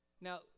Now